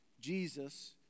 Jesus